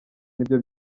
nibyo